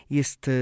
jest